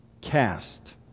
cast